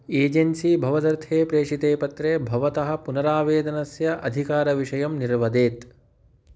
agency भवदर्थे प्रेषिते पत्रे भवतः पुनरावेदनस्य अधिकारविषयं निर्वदेत्